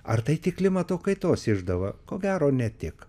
ar tai tik klimato kaitos išdava ko gero ne tik